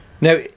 Now